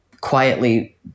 quietly